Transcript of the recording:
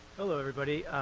hello everybody,